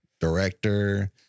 Director